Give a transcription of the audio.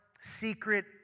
secret